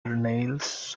nails